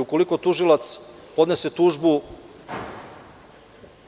Ukoliko tužilac podnese tužbu,